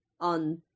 on